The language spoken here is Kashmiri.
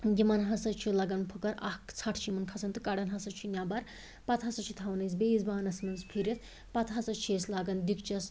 یمن ہَسا چھ لگان پھٕکَر اکھ ژھَٹ چھِ یمن کھَسان تہٕ کَڑان ہَسا چھِ نیٚبَر پَتہ ہَسا چھِ تھاوان أسۍ بیٚیِس بانَس مَنٛز پھِرِتھ پَتہٕ ہَسا چھِ أسۍ لاگان دِیٖگچَس